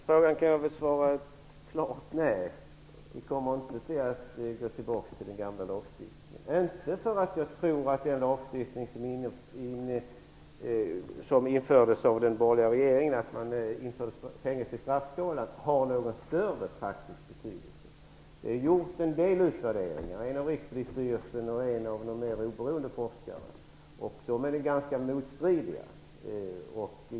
Fru talman! Frågan kan besvaras med ett klart nej. Vi kommer inte att gå tillbaka till den gamla lagstiftningen. Det beror inte på att jag tror att den lagstiftning med fängelse i straffskalan som infördes av den borgerliga regeringen har någon större praktisk betydelse. Det har gjorts en del utvärderingar - en av Rikspolisstyrelsen och en av en mer oberoende forskare. De är ganska motstridiga.